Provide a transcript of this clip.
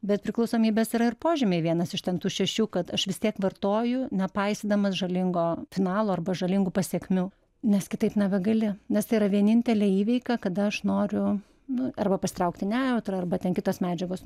bet priklausomybės yra ir požymiai vienas iš ten tų šešių kad aš vis tiek vartoju nepaisydamas žalingo finalo arba žalingų pasekmių nes kitaip nebegali nes tai yra vienintelė įveika kada aš noriu nu arba pasitraukt į nejautrą arba ten kitos medžiagos